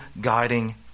guiding